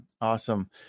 awesome